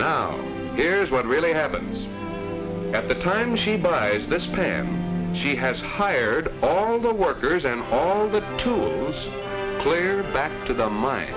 now here's what really happens at the time she buys this pan she has hired all the workers and the two clear back to the min